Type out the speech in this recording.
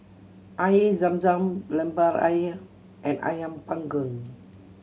Air Zam Zam Lemper Ayam and Ayam Panggang